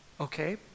Okay